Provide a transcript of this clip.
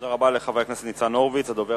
תודה רבה לחבר הכנסת ניצן הורוביץ.